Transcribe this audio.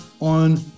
on